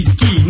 Ski